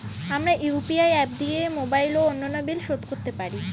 আমরা UPI app দিয়ে mobile ও অন্যান্য বিল শোধ করতে পারি